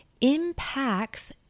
impacts